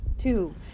two